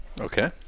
Okay